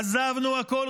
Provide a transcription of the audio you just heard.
עזבנו הכול,